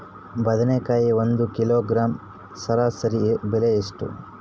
ಬದನೆಕಾಯಿ ಒಂದು ಕಿಲೋಗ್ರಾಂ ಸರಾಸರಿ ಬೆಲೆ ಎಷ್ಟು?